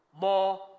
more